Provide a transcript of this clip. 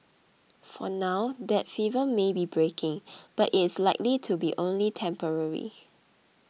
for now that fever may be breaking but it's likely to be only temporary